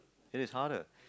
it is harder